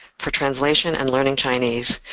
for translation and learning chinese,